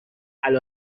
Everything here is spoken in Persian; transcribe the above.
علی